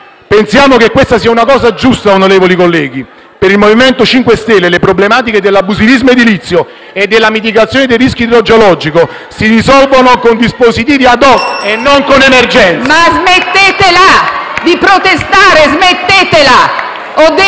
Pensiamo che questa sia una cosa giusta, onorevoli colleghi. Per il MoVimento 5 Stelle le problematiche dell'abusivismo edilizio e della mitigazione del rischio idrogeologico si risolvono con dispositivi *ad hoc* e non con emergenze. *(Proteste dal Gruppo PD. Proteste dal